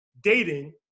dating